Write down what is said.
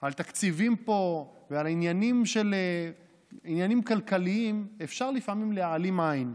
על תקציבים פה ועל עניינים כלכליים אפשר לפעמים להעלים עין,